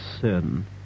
sin